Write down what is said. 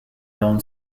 loan